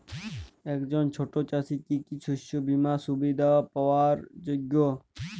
একজন ছোট চাষি কি কি শস্য বিমার সুবিধা পাওয়ার যোগ্য?